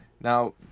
Now